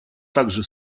также